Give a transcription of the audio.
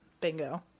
bingo